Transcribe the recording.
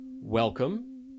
Welcome